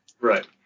Right